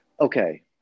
okay